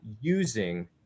using